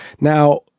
now